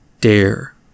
dare